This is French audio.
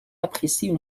apprécient